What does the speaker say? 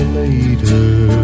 later